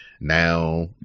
now